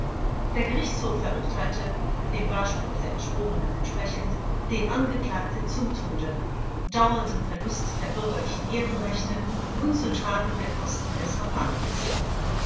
der gerichtshof verurteilte dem wahrspruch der geschworenen entsprechend den angeklagten zum tode dauerndem verlust der bürgerlichen ehrenrechte und zur tragung der kosten des verfahrens